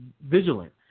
vigilant